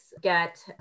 get